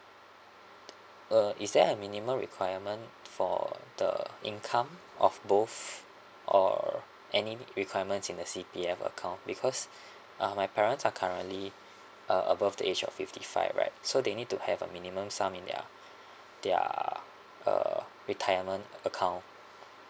uh is there a minimum requirement for the income of both or any requirements in the C_P_F account because uh my parents are currently uh above the age of fifty five right so they need to have a minimum sum in their their uh retirement account